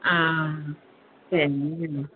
आं